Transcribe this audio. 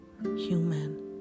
human